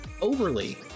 Overly